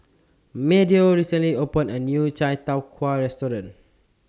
Meadow recently opened A New Chai Tow Kway Restaurant